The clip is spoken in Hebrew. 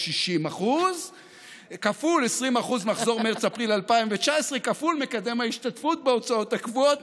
60% כפול 20% מחזור מרץ-אפריל 2019 כפול מקדם ההשתתפות בהוצאות הקבועות,